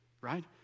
right